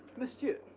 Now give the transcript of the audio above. monsieur.